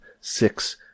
six